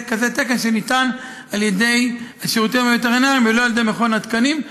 התקן שניתן על ידי השירותים הווטרינריים ולא על ידי מכון התקנים,